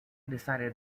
decided